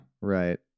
Right